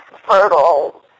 fertile